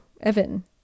Evan